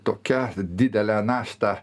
tokia didele našta